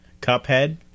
Cuphead